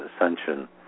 ascension